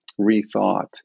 rethought